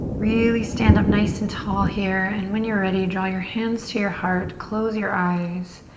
really stand up nice and tall here and when you're ready, draw your hands to your heart, close your eyes